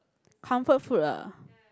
comfort food ah